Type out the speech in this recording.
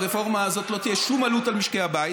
ברפורמה הזאת לא תהיה שום עלות על משקי הבית,